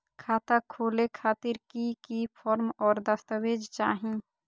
खाता खोले खातिर की की फॉर्म और दस्तावेज चाही?